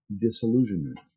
disillusionment